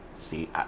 see